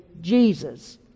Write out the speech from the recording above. Jesus